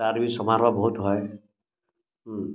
ତାର ବି ସମାରୋହ ବହୁତ ହୁଏ